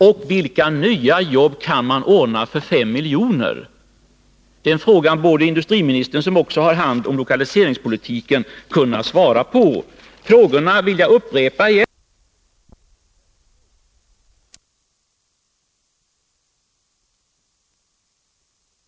Men vilka nya arbeten kan man ordna för 5 milj.kr.? Den frågan borde industriministern, som också har hand om lokaliseringspolitiken, kunna svara på. Jag vill upprepa frågorna: Varför inte ge de anställda och de lokala utvecklingsalternativen en chans när det gäller utvärdering, och var är de konkreta projekten för de krisdrabbade orterna?